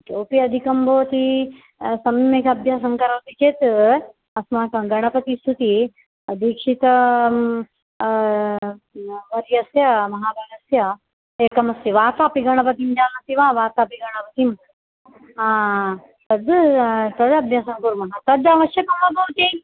सोपि अधिकं भवति सम्यक् अभ्यासं करोति चेत् अस्माकं गणपतिस्तुति दीक्षितं वर्यस्य महाभागस्य एकमस्ति वातापि गणपतिं जानाति वा वातापि गणपतिं तद् तदभ्यासं कुर्मः तद् आवश्यकं वा भवत्यै